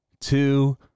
two